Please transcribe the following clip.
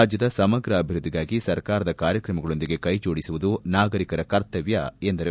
ರಾಜ್ಯದ ಸಮಗ್ರ ಅಭಿವೃದ್ಧಿಗಾಗಿ ಸರ್ಕಾರದ ಕಾರ್ಯಕ್ರಮಗಳೊಂದಿಗೆ ಕೈ ಜೋಡಿಸುವುದು ನಾಗರಿಕರ ಕರ್ತವ್ದ ಎಂದರು